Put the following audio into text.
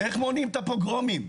איך מונעים את הפוגרומים?